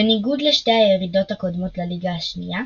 בניגוד לשתי הירידות הקודמות לליגה השנייה